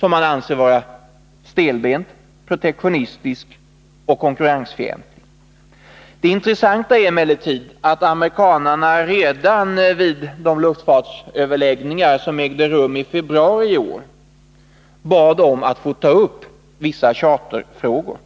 Man anser den vara stelbent, protektionistisk och konkurrensfientlig. Det intressanta är emellertid att amerikanarna redan vid de luftfartsöverläggningar som ägde rum i februari i år bad om att få ta upp vissa charterfrågor.